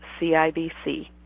CIBC